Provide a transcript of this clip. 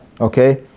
okay